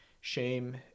shame